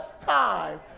time